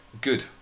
good